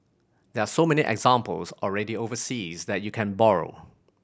there are so many examples already overseas that you can borrow